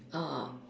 ah